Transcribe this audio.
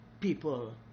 people